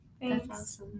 thanks